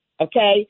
Okay